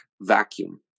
vacuum